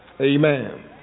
Amen